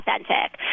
authentic